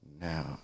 Now